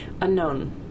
unknown